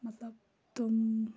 مطلب تم